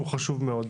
הוא חשוב מאוד.